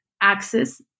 access